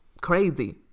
crazy